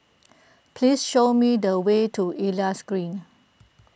please show me the way to Elias Green